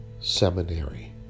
seminary